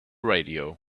radio